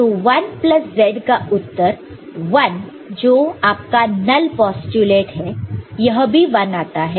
तो 1 plus z का उत्तर 1 जो आपका नल पोस्टयूलेट है यह भी 1 आता है